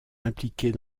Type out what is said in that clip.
impliquées